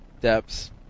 depths